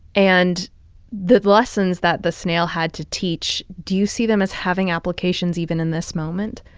and the lessons that the snail had to teach, do you see them as having applications even in this moment?